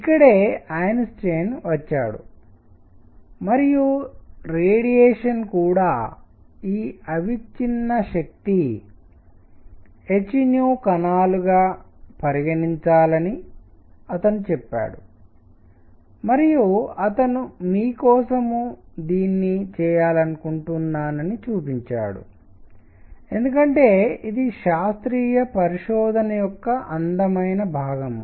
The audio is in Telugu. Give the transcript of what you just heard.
ఇక్కడే ఐన్స్టీన్ వచ్చాడు మరియు రేడియేషన్ కూడా ఈ అవిచ్ఛిన్న శక్తి h కణాలుగా పరిగణించాలని అతను చెప్పారు మరియు అతను మీ కోసం దీన్ని చేయాలనుకుంటున్నానని చూపించాడు ఎందుకంటే ఇది శాస్త్రీయ పరిశోధన యొక్క అందమైన భాగం